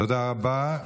תודה רבה.